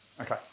Okay